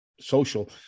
Social